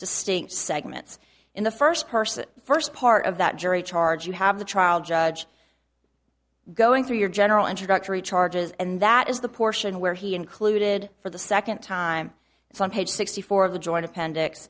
distinct segments in the first person first part of that jury charge you have the trial judge going through your general introductory charges and that is the portion where he included for the second time it's on page sixty four of the joint appendix